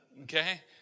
okay